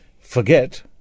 Forget